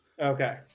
Okay